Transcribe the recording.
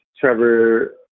Trevor